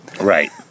Right